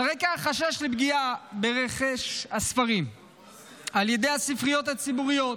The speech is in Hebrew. על רקע החשש לפגיעה ברכש הספרים על ידי הספריות הציבוריות,